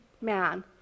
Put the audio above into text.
man